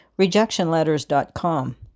rejectionletters.com